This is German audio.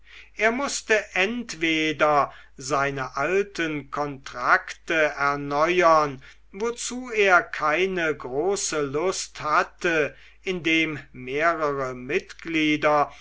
er mußte entweder seine alten kontrakte erneuern wozu er keine große lust hatte indem mehrere mitglieder